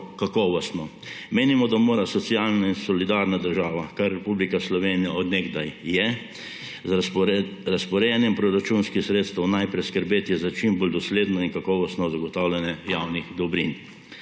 kakovostno. Menimo, da mora socialna in solidarna država, kar Republika Slovenija od nekdaj je, z razporejanjem proračunskih sredstev najprej skrbeti za čim bolj dosledno in kakovostno zagotavljanje javnih dobrin.